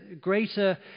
greater